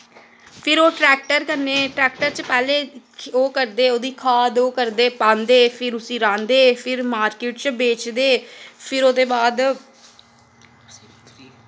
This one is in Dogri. फिर ओह् ट्रैक्टर कन्नै ट्रैक्टर च पैह्ले ओह् करदे ओह्दी खाद ओह् करदे पांदे फिर उस्सी राह्ंदे फिर मार्किट च बेचदे फिर ओह्दे बाद